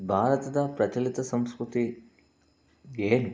ಭಾರತದ ಪ್ರಚಲಿತ ಸಂಸ್ಕೃತಿಗೆ